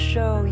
Show